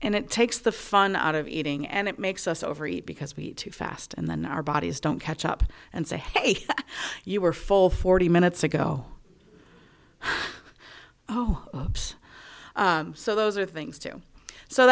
and it takes the fun out of eating and it makes us overeat because we eat too fast and then our bodies don't catch up and say hey you were full forty minutes ago oh so those are things to do so